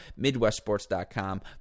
MidwestSports.com